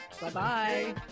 Bye-bye